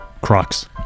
Crocs